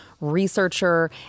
researcher